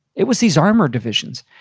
it was these armored divisions.